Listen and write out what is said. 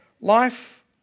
life